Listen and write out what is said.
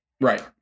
Right